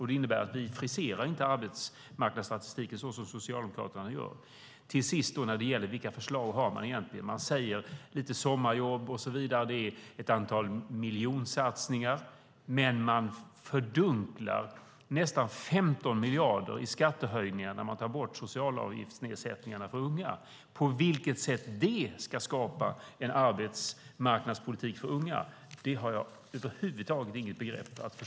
Det innebär att vi inte friserar arbetsmarknadsstatistiken såsom Socialdemokraterna gör. Sist har vi frågan om förslag. Man talar om sommarjobb och ett antal miljonsatsningar. Men man fördunklar nästan 15 miljarder i skattehöjningar när man tar bort nedsättningarna i socialavgifter för unga. På vilket sätt det ska skapa en arbetsmarknadspolitik för unga har jag över huvud taget ingen förståelse för.